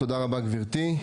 תודה רבה, גברתי.